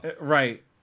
Right